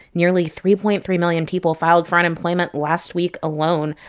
nearly three point three million people filed for unemployment last week alone.